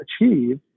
achieve